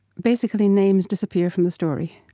basically names disappear from the story.